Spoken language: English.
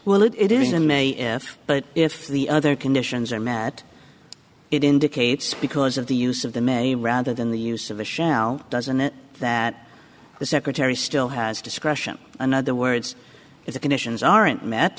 well it is in may if but if the other conditions are met it indicates because of the use of the may rather than the use of the shell doesn't it that the secretary still has discretion on other words if the conditions aren't met